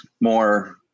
more